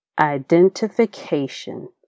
identification